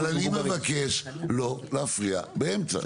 אני מבקש, אבל אני מבקש לא להפריע באמצע.